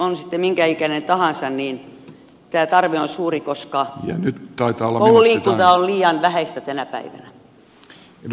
on sitten minkä ikäinen tahansa niin tämä tarve on suuri koska koululiikunta on liian vähäistä tänä päivänä